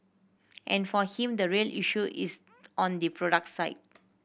and for him the real issue is on the product side